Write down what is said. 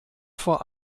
vor